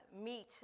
meet